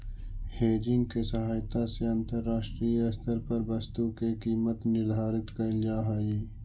hedging के सहायता से अंतरराष्ट्रीय स्तर पर वस्तु के कीमत निर्धारित कैल जा हई